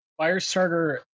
Firestarter